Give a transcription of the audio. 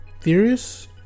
theories